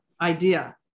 idea